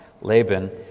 Laban